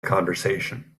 conversation